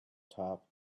top